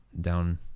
down